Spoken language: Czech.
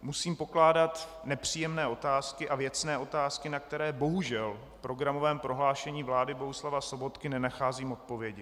Musím pokládat nepříjemné otázky a věcné otázky, na které bohužel v programovém prohlášení vlády Bohuslava Sobotky nenacházím odpovědi.